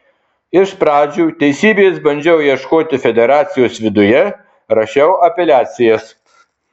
iš pradžių teisybės bandžiau ieškoti federacijos viduje rašiau apeliacijas